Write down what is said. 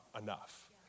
enough